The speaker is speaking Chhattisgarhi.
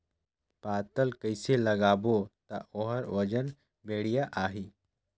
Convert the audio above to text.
पातल कइसे लगाबो ता ओहार वजन बेडिया आही?